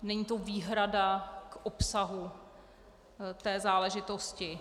Není to výhrada k obsahu té záležitosti.